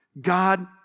God